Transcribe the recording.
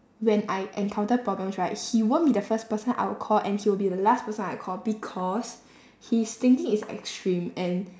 when I encounter problems right he won't be the first person I will call and he will be the last person I call because his thinking is extreme and